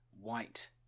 white